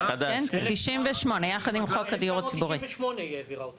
ב-98 העבירה אותו.